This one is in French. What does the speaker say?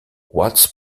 watts